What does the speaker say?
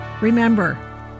Remember